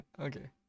Okay